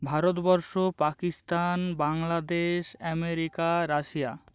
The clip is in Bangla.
Bharatvarsha Pakistan Bangladesh America Russia